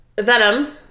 Venom